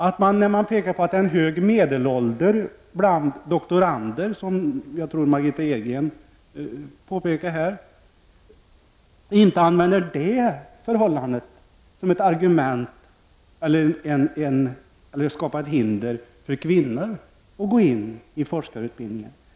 Det sägs att medelåldern bland doktorander är hög — jag tror att Margitta Edgren påpekade detta —, men det förhållandet får inte användas som argument eller bli ett hinder för kvinnor att gå in i forskarutbildning.